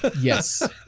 Yes